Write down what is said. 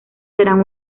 serán